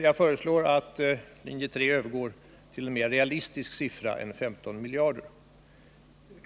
Jag föreslår att företrädarna för linje 3 övergår till en mer realistisk siffra än 15 miljarder.